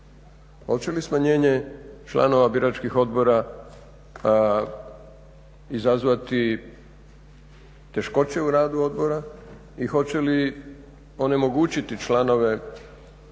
Hoće li smanjenje članova biračkih odbora izazvati teškoće u radu odbora i hoće li onemogućiti članove